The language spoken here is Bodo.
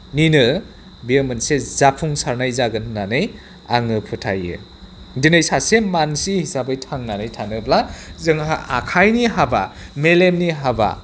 बियो मोनसे जाफुंसारनाय जागोन होननानै आङो फोथायो दिनै सासे मानसि हिसाबै थांनानै थानोब्ला जोंहा आखाइनि हाबा मेलेमनि हाबा